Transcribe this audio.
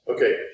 Okay